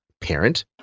parent